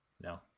No